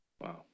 Wow